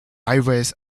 highways